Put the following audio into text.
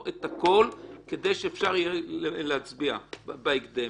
את הכל כדי שאפשר יהיה להצביע בהקדם.